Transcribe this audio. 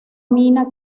mina